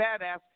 badass